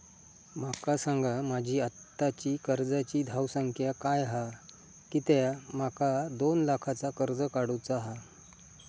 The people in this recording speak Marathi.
माका सांगा माझी आत्ताची कर्जाची धावसंख्या काय हा कित्या माका दोन लाखाचा कर्ज काढू चा हा?